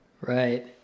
Right